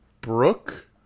Brooke